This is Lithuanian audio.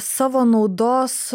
savo naudos